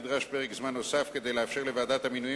נדרש פרק זמן נוסף כדי לאפשר לוועדת המינויים